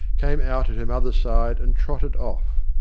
came out at her mother's side and trotted off.